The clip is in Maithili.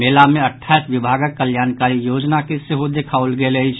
मेला मे अठाईस विभागक कल्याणकारी योजना के सेहो देखाओल गेल अछि